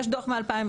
יש דוח מ-2013,